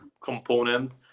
component